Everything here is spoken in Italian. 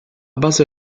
base